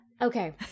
Okay